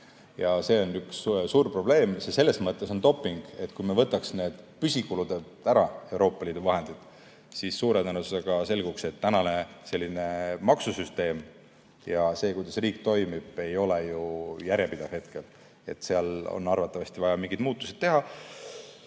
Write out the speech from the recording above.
Ja see on üks suur probleem. See selles mõttes on doping, et kui me võtaksime püsikuludelt ära Euroopa Liidu vahendid, siis suure tõenäosusega selguks, et praegune maksusüsteem ja see, kuidas riik toimib, ei ole järjepidev. Seal on arvatavasti vaja mingeid muutusi teha.